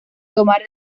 tomar